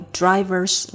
driver's